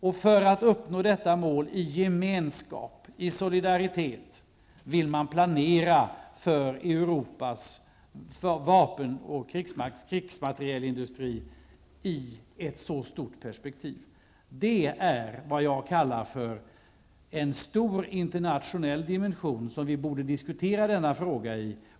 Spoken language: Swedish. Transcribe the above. För att kunna uppnå detta mål i gemenskap, i solidaritet, vill man planera för Europas vapen och krigsmaterielindustri just i detta omfattande perspektiv. Det är just detta som jag avser när jag talar om en stor internationell dimension. Jag menar alltså att det är utifrån en sådan dimension som denna fråga borde diskuteras.